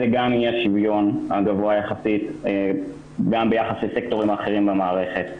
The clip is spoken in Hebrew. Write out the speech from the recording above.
זה אי השוויון הגבוה יחסית גם ביחס לסקטורים אחרים במערכת.